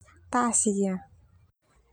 Tasi ah.